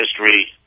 history